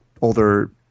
older